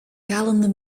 kalende